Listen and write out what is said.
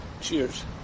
Cheers